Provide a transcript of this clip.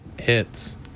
hits